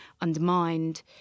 undermined